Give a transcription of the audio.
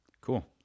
Cool